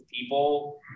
people